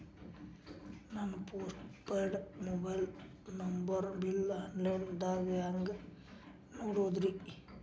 ನನ್ನ postpaid mobile number bill, online ದಾಗ ಹ್ಯಾಂಗ್ ನೋಡೋದ್ರಿ?